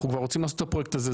אנחנו כבר רוצים לעשות הפרויקט הזה,